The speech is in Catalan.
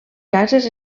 cases